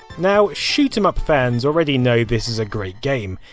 now shhmuuup fans already know this is a great game,